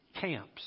camps